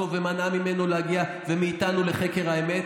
ומנעה ממנו ומאיתנו להגיע לחקר האמת,